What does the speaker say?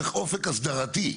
צריך אופק הסדרתי.